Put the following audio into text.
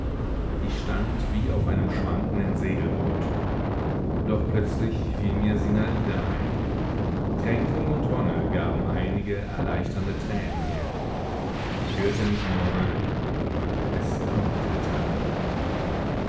ich stand wie auf einem schwankenden segelboot doch plötzlich fiel mir sinada ein kränkung und wonne gaben einige erleichternde tränen her ich hörte mich murmeln es kommt der tag